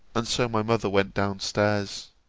and so my mother went down stairs.